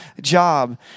job